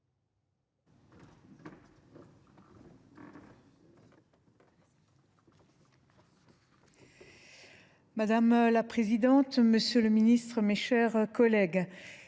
Madame la présidente, monsieur le ministre, mes chers collègues,